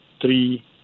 three